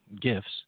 gifts